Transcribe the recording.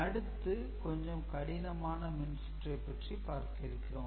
அடுத்து கொஞ்சம் கடினமான மின்சுற்றை பற்றி பார்க்க இருக்கிறோம்